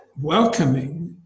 welcoming